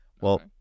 Well-